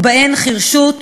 ובהן חירשות,